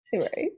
right